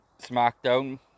Smackdown